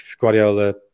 Guardiola